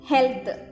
Health